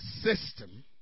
system